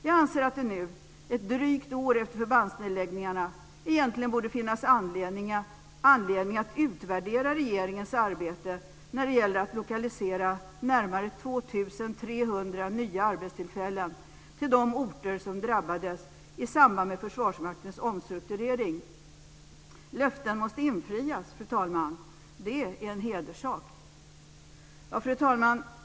Jag anser att det nu, ett drygt år efter förbandsnedläggningarna, egentligen borde finnas anledning att utvärdera regeringens arbete när det gäller att lokalisera närmare 2 300 nya arbetstillfällen till de orter som drabbades i samband med Försvarsmaktens omstrukturering. Löften måste infrias, fru talman. Det är en hederssak. Fru talman!